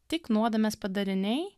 tik nuodėmės padariniai